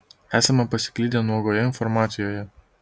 esame pasiklydę nuogoje informacijoje